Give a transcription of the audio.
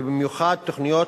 ובמיוחד התוכניות